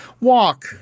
Walk